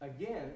Again